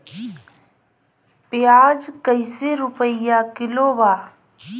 प्याज कइसे रुपया किलो बा?